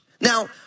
Now